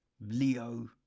Leo